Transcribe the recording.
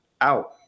out